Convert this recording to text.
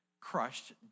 crushed